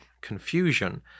confusion